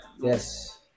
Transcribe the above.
yes